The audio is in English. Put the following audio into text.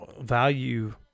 value